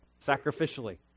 sacrificially